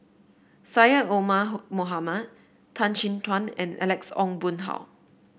Syed Omar Mohamed Tan Chin Tuan and Alex Ong Boon Hau